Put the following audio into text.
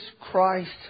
Christ